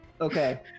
Okay